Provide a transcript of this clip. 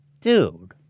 Dude